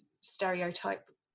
stereotype